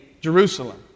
Jerusalem